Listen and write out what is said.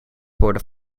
worden